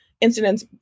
Incidents